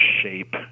shape